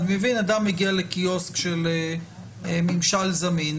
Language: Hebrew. אני מבין כשאדם מגיע לקיוסק של ממשל זמין,